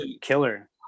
killer